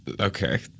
Okay